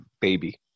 baby